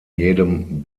jedem